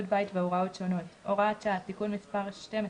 בית והוראות שונות) (הוראת שעה) (תיקון מס' 12),